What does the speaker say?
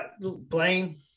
blaine